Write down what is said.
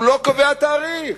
הוא לא קובע תאריך.